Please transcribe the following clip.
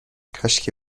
کاشکی